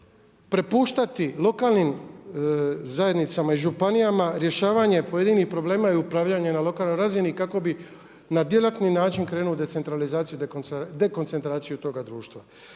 prepuštati lokalnim zajednicama i županijama rješavanje pojedinih problema i upravljanje na lokalnoj razini kako bi na djelatni način krenuo u decentralizaciju, dekoncentraciju toga društva.